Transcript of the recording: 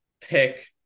pick